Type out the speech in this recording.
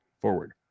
forward